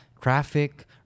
traffic